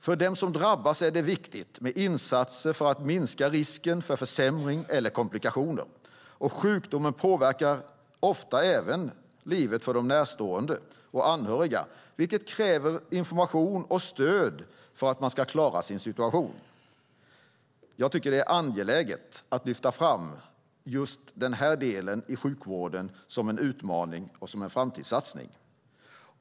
För den som drabbats är det viktigt med insatser för att minska risken för försämring eller komplikationer. Sjukdomen påverkar ofta livet även för närstående och anhöriga, vilket kräver information och stöd för att de ska klara situationen. Det är angeläget att lyfta fram den delen i sjukvården som en utmaning och framtidssatsning.